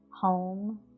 home